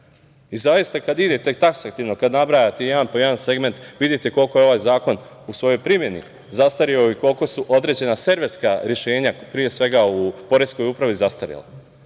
kada idete taksativno, kada nabrajate jedan po jedan segment, vidite koliko je ovaj zakon u svojoj primeni zastareo i koliko su određena serverska rešenja, pre svega u Poreskoj upravi, zastarela.